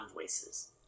voices